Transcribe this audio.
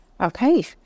Okay